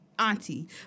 auntie